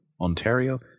Ontario